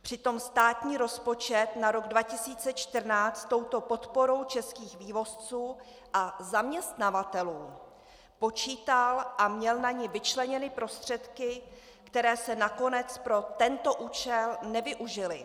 Přitom státní rozpočet na rok 2014 s touto podporou českých vývozců a zaměstnavatelů počítal a měl na ni vyčleněny prostředky, které se nakonec pro tento účel nevyužily.